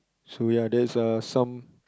so ya that's uh some